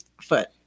foot